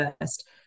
first